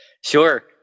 Sure